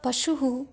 पशुः